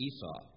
Esau